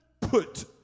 put